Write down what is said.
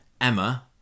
emma